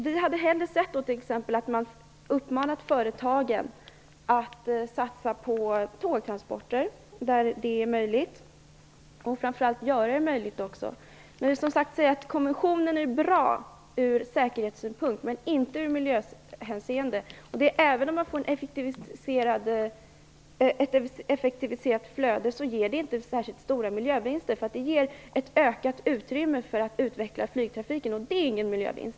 Vi hade hellre sett att man uppmanat företagen att satsa på tågtransporter där det är möjligt och framför allt att göra det möjligt. Konventionen är bra ur säkerhetssynpunkt, men inte i miljöhänseende. Även om man får ett effektiviserat flöde ger det inte särskilt stora miljövinster. Det ger ett ökat utrymme för att utveckla flygtrafiken, och det är ingen miljövinst.